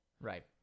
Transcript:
right